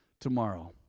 tomorrow